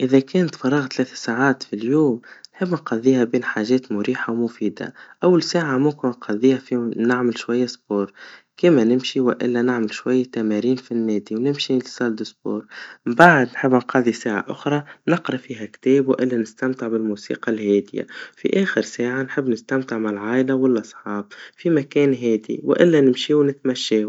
إذا كان تفرغت تلات ساعات في اليوم, نحب نقضيها بين حاجات مريحا ومفيدا, أول ساعا ممكن نقضيها في م- نعمل شويا رياضا, كيما نمشي وإلا نعمل تمارين في النادي, ونمشي للصالا الرياضيا, من بعد نحب نقضي ساعا أخرى, نقرا فيها كتاب, وإلا نستمتع بالموسيقا الهاديا, في آخر ساعا نحب نستمتع مع العيلا والأصحاب, في مكان هادي, وإلا نمشيوا نتمشيوا.